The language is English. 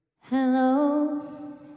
Hello